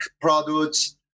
products